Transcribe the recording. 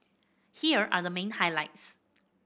here are the main highlights